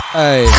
hey